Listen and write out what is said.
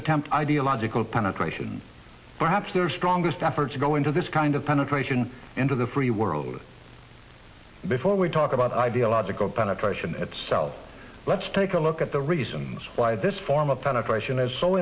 attempt ideological penetration perhaps their strongest efforts go into this kind of penetration into the free world before we talk about ideological penetration itself let's take a look at the reasons why this form of penetration is so